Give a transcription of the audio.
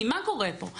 כי מה קורה פה?